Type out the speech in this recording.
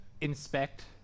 inspect